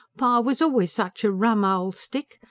pa was always such a rum old stick.